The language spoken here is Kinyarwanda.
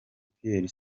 pierre